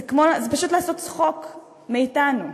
זה פשוט לעשות צחוק מאתנו.